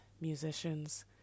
musicians